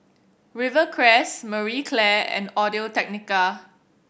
Rivercrest Marie Claire and Audio Technica